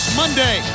monday